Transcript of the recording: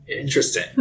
Interesting